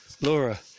Laura